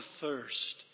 thirst